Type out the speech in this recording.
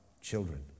children